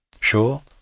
Sure